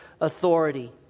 authority